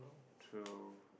through